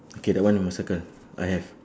okay that one you must circle I have